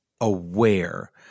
aware